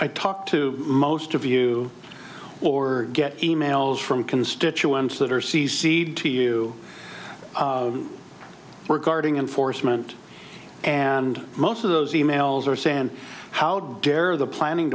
i talk to most of you or get e mails from constituents that are see seed to you were guarding enforcement and most of those e mails are sand how dare the planning